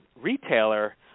retailer